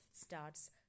starts